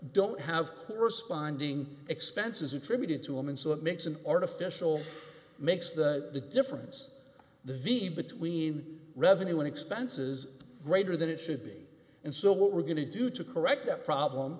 don't have corresponding expenses attributed to him and so it makes an artificial makes the difference the v between revenue and expenses greater than it should be and so what we're going to do to correct that problem